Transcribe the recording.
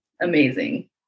amazing